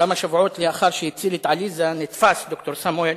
כמה שבועות לאחר שהציל את עליזה, נתפס ד"ר סמואל